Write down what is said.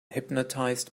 hypnotized